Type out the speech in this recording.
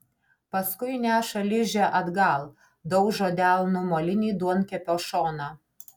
paskui neša ližę atgal daužo delnu molinį duonkepio šoną